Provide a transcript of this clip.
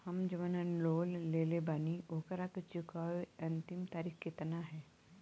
हम जवन लोन लेले बानी ओकरा के चुकावे अंतिम तारीख कितना हैं?